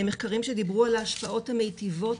מחקרים שדיברו על השעות המיטיבות,